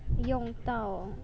用到